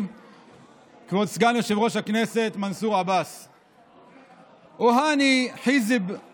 כשחבר הכנסת פינדרוס הוא השושבין